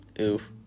Oof